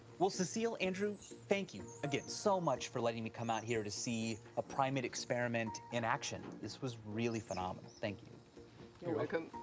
well, cecile, andrew, thank you again so much for letting me come out here to see a primate experiment in action. this was really phenomenal. thank you. both you're welcome.